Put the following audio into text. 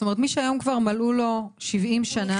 זאת אומרת, מי שהיום כבר מלאו לו 70 שנה?